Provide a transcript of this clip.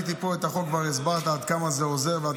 כבר הסברת עד כמה החוק מסייע ועוזר.